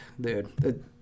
dude